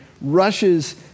rushes